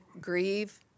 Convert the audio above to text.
grieve